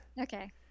Okay